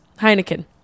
Heineken